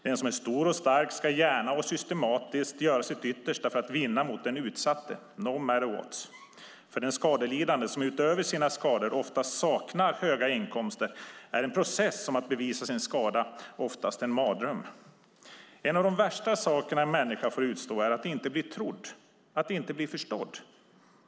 Den som är stor och stark ska gärna och systematiskt gör sitt yttersta för att vinna mot den utsatte, no matter what. För den skadelidande, som förutom att han eller hon har skador oftast saknar höga inkomster, är en process om att bevisa sin skada oftast en mardröm. En av de värsta sakerna en människa får utstå är att inte bli trodd - att inte bli förstådd.